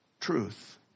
truth